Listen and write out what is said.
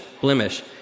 blemish